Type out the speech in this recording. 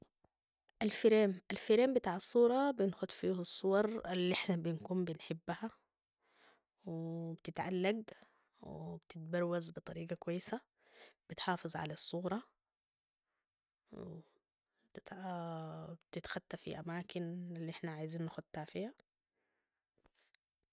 الفريم ، الفريم بتاع الصورة بنخت فيو الصور النحنا بنكون بنحبها و بتتعلق و بتتبروز بطريقة كويسة بتحافظ على الصورة بتتخطى في اماكن النحنا عايزين نختها فيا